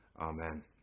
Amen